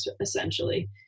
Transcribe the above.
essentially